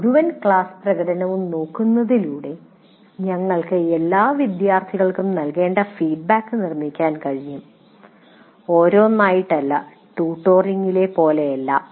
മുഴുവൻ ക്ലാസ് പ്രകടനവും നോക്കുന്നതിലൂടെ നിങ്ങൾക്ക് എല്ലാ വിദ്യാർത്ഥികൾക്കും നൽകേണ്ട ഫീഡ്ബാക്ക് നിർമ്മിക്കാൻ കഴിയും ഓരോന്നായിട്ടല്ല ട്യൂട്ടോറിംഗിലെ പോലെയല്ല